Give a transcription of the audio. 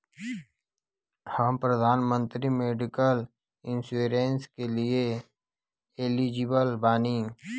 हम प्रधानमंत्री medical insurance के लिए एलिजिबल बानी?